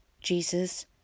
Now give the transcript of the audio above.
Jesus